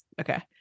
Okay